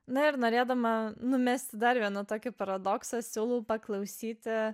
na ir norėdama numesti dar vieną tokį paradoksą siūlau paklausyti